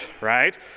right